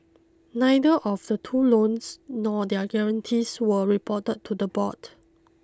neither of the two loans nor their guarantees were reported to the board